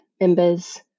members